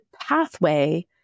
pathway